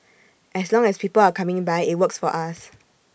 as long as people are coming by IT works for us